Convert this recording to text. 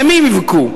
למי הם יבכו?